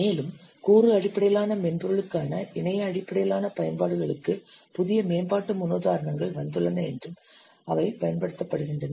மேலும் கூறு அடிப்படையிலான மென்பொருட்களுக்கான இணைய அடிப்படையிலான பயன்பாடுகளுக்கு புதிய மேம்பாட்டு முன்னுதாரணங்கள் வந்துள்ளன மற்றும் அவை பயன்படுத்தப்படுகின்றன